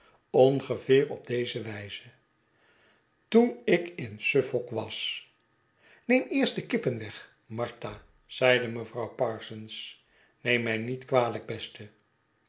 ongeveer op deze wijze toen ik in suffolk was neem eerst de kippen weg martha zeide mevrouw parsons neem mij niet kwaiijk beste